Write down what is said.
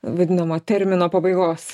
vadinamo termino pabaigos